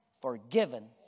forgiven